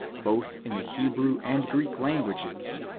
both in the hebrew and greek languages,